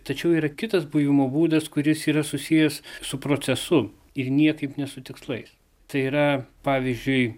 tačiau yra kitas buvimo būdas kuris yra susijęs su procesu ir niekaip nesu tikslais tai yra pavyzdžiui